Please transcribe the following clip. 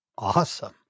Awesome